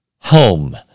Home